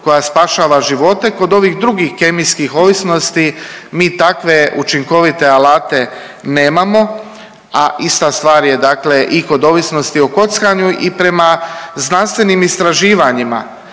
koja spašava živote kod ovih drugih kemijskih ovisnosti mi takve učinkovite alate nemamo, a ista stvar je dakle i kod ovisnosti o kockanju i prema znanstvenim istraživanjima